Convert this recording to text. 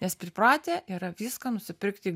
nes pripratę yra viską nusipirkti